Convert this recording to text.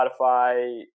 Spotify